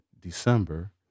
December